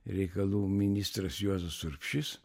reikalų ministras juozas urbšys